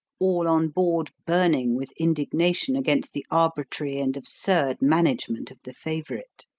all on board burning with indignation against the arbitrary and absurd management of the favorite.